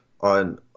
on